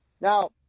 Now